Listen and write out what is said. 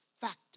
fact